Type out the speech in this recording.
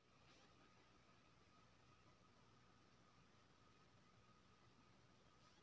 कोसयार आ गन्ना के निकौनी के लेल केना औजार के उत्तम प्रयोग भ सकेत अछि?